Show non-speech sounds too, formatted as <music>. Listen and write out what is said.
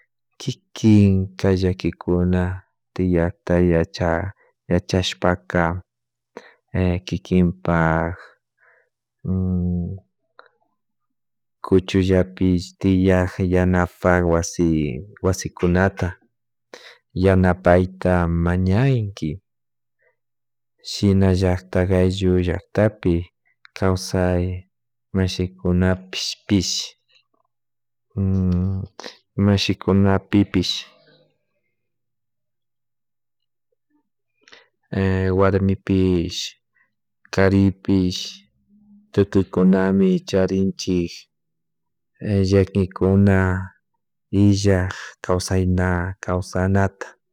Kikin kay llakinkuna tiakta yachashpaka <hesitation> kikinpak <hesitation> kuchullapik tiak yanapak wasi wasikunata yanapayka mañayki shinallatak ayllu llaktapi kawsay mashikunapish pish <hesitation> mashikunapipish <hesitation> warmipish, karipísh, tukuykunami charinchik llakikuna illak kawsayna kawsaynata